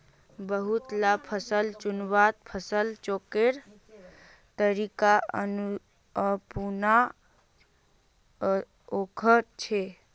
बहुत ला फसल चुन्वात फसल चक्रेर तरीका अपनुआ कोह्चे